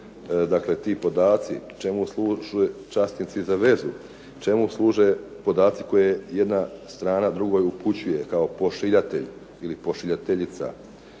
dakle ti podaci, čemu služe časnici za vezu, čemu služe podaci koje jedna strana drugoj upućuje kao pošiljatelj ili pošiljateljica.